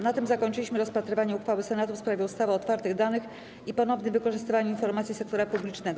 Na tym zakończyliśmy rozpatrywanie uchwały Senatu w sprawie ustawy o otwartych danych i ponownym wykorzystywaniu informacji sektora publicznego.